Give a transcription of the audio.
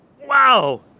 Wow